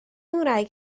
ngwraig